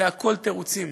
זה הכול תירוצים.